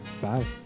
Bye